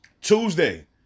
Tuesday